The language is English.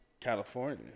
California